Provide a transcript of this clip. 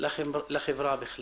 לחברה בכלל.